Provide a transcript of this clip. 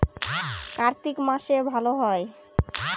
কার্তিক মাসে ভালো হয়?